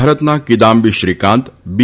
ભારતના કિદામ્બી શ્રીકાંત બી